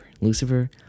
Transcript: Lucifer